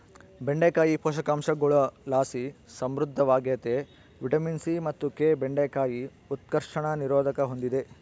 ಬೆಂಡೆಕಾಯಿ ಪೋಷಕಾಂಶಗುಳುಲಾಸಿ ಸಮೃದ್ಧವಾಗ್ಯತೆ ವಿಟಮಿನ್ ಸಿ ಮತ್ತು ಕೆ ಬೆಂಡೆಕಾಯಿ ಉತ್ಕರ್ಷಣ ನಿರೋಧಕ ಹೂಂದಿದೆ